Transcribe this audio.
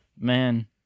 Man